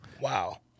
Wow